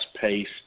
pace